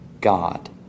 God